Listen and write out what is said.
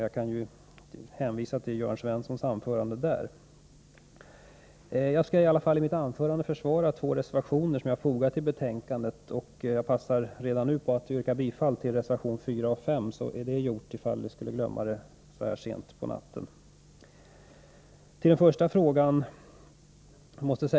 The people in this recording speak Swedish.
Jag får hänvisa till Jörn Svenssons anförande. Jag skall i varje fall i mitt anförande försvara reservationerna 4 och 5 av mig, vilka fogats vid detta betänkande. Jag passar redan nu på att yrka bifall till dessa reservationer, så att det är gjort i fall jag med tanke på att det är sent på natten skulle glömma att göra det.